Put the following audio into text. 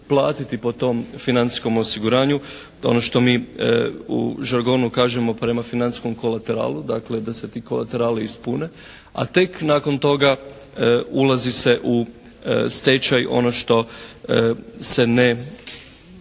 po tom financijskom osiguranju ono što mi u žargonu kažemo prema financijskom kolateralu dakle da se ti kolaterali ispune. A tek nakon toga ulazi se u stečaj, ono što se ne